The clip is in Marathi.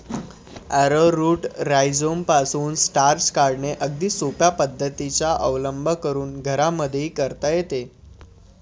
ॲरोरूट राईझोमपासून स्टार्च काढणे अगदी सोप्या पद्धतीचा अवलंब करून घरांमध्येही करता येते